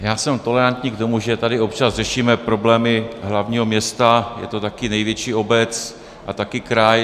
Já jsem tolerantní k tomu, že tady občas řešíme problémy hlavního města, je to také největší obec a také kraj.